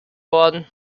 worden